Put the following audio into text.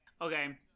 Okay